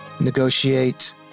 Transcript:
negotiate